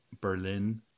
Berlin